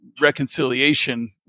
reconciliation